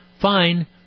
fine